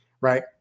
right